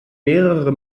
mehrere